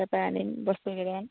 তাৰ পৰা আনিম বস্তুকেইটামান